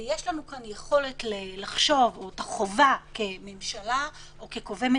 ויש לנו כאן את החובה כממשלה או כקובעי